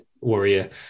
Warrior